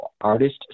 artist